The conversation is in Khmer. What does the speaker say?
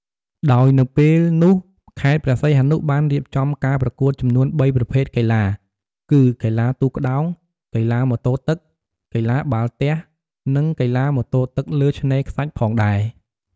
ដោយនៅពេលនោះខេត្តព្រះសីហនុ បានរៀបចំការប្រកួតចំនួន៣ប្រភេទកីឡា គឺកីឡាទូកក្តោង កីឡាម៉ូតូទឹក កីឡាបាល់ទះ និងកីឡាម៉ូតូទឹកលើឆ្នេរខ្សាច់ផងដែរ។